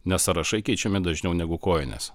nes sąrašai keičiami dažniau negu kojinės